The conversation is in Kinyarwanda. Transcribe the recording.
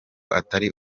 atari